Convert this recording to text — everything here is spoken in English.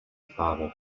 father